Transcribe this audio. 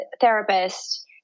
therapist